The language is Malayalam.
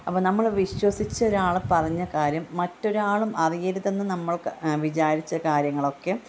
അപ്പം നമ്മൾ വിശ്വസിച്ച ഒരാളെ പറഞ്ഞ കാര്യം മറ്റൊരാളും അറിയരുതെന്ന് നമ്മൾക്ക് വിചാരിച്ച കാര്യങ്ങളൊക്കെ